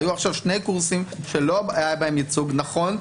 היו עכשיו שני קורסים שלא היה בהם ייצוג נכון.